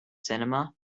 cinema